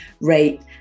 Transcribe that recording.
rate